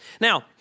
Now